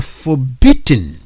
forbidden